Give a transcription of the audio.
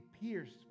pierced